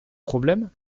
problème